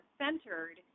centered